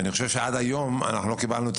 ואני חושב שעד היום אנחנו לא קיבלנו את